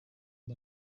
and